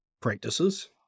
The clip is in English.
practices